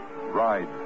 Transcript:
Ride